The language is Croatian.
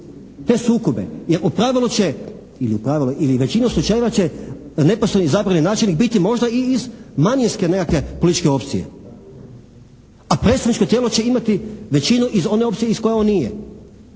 te sukobe? Jer u pravilu će ili u pravilu ili u većinu slučajeva će neposredno izabrani načelnik biti možda i iz manjinske nekakve političke opcije, a predstavničko tijelo će imati većino iz one opcije iz koje on nije.